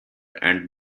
and